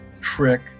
trick